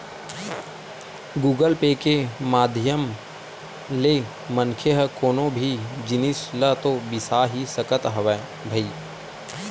Google Pay के माधियम ले मनखे ह कोनो भी जिनिस ल तो बिसा ही सकत हवय भई